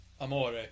Amore